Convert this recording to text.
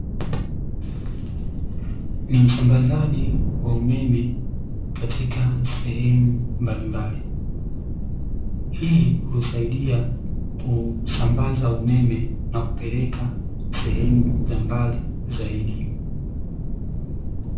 Ni usambazaji wa umeme katika sehemu mbalimbali, hii husaididia kusambaza umeme na kupeleka sehemu za mbali zaidi.